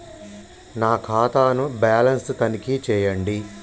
నా ఖాతా ను బ్యాలన్స్ తనిఖీ చేయండి?